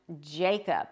Jacob